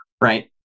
right